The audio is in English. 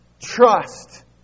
Trust